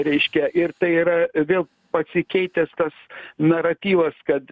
reiškia ir tai yra vėl pasikeitęs tas naratyvas kad